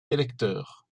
électeurs